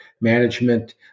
management